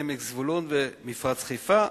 עמק זבולון ומפרץ חיפה,